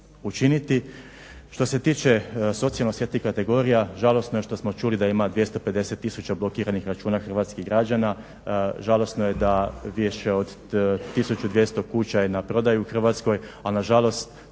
učiniti. Što se tiče socijalno osjetljivih kategorija žalosno je što smo čuli da ima 250000 blokiranih računa hrvatskih građana. Žalosno je da više od 1200 kuća je na prodaju u Hrvatskoj, a na žalost